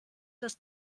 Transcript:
das